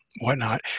whatnot